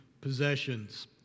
possessions